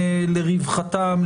לרווחתם,